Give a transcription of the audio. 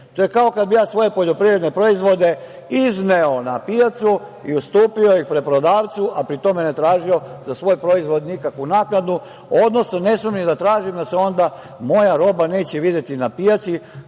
To je kao kada bi ja svoje poljoprivredne proizvode izneo na pijacu i ustupio ih preprodavcu, a pri tome ne tražio za svoje proizvode nikakvu naknadu, odnosno ne smem ni da tražim, jer se onda moja roba neće videti na pijaci.